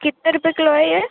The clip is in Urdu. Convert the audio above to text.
کتے روپیے کلو ہے یہ